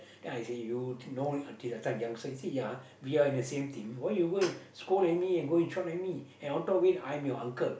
then I say you know until that time youngster he say ya we are in the same team why you go and scold at me and go and shout at me and on top of it I am your uncle